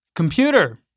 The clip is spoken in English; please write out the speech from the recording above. Computer